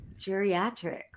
geriatric